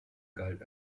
galt